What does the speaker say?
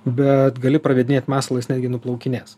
bet gali pravedinėt masalą jis netgi nuplaukinės